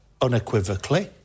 unequivocally